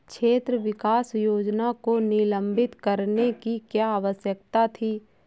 क्षेत्र विकास योजना को निलंबित करने की क्या आवश्यकता थी?